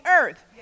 earth